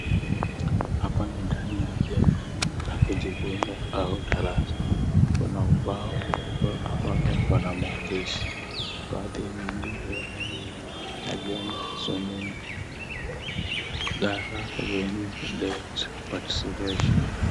Hapa ni ndani ya jengo la kujifunza au darasa, kuna ubao ambayo iko na maandishi, baadhi ya maandishi hayo ni ajenda swimming gala, venue, date, participation .